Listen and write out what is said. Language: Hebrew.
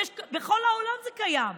בכל העולם זה קיים.